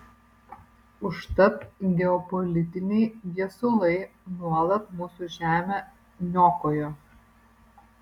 užtat geopolitiniai viesulai nuolat mūsų žemę niokojo